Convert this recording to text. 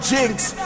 Jinx